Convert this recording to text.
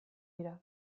dira